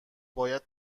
باید